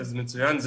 אז מצוין.